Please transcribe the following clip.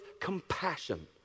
compassion